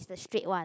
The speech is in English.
the straight one